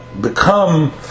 become